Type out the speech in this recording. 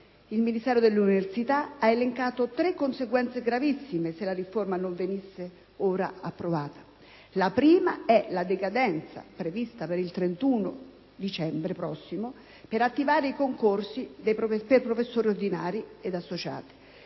Il Ministero dell'università ha elencato tre conseguenze gravissime se la riforma non venisse approvata ora. La prima è la scadenza, prevista per il 31 dicembre prossimo, per attivare i concorsi per professori ordinari e associati;